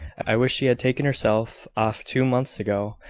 i wish she had taken herself off two months ago,